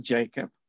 Jacob